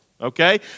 okay